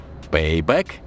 Payback